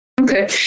Okay